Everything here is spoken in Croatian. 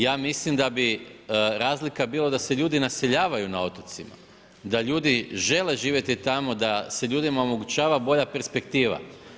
Ja mislim da bi razlika bila da ljudi naseljavaju na otocima, da ljudi žele živjeti tamo, da se ljudima omogućava bolja perspektiva.